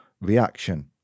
reaction